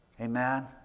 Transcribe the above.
Amen